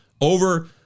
over